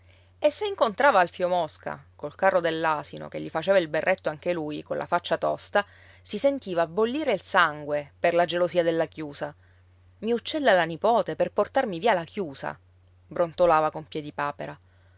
e se incontrava alfio mosca col carro dell'asino che gli faceva il berretto anche lui colla faccia tosta si sentiva bollire il sangue per la gelosia della chiusa i uccella la nipote per portarmi via la chiusa brontolava con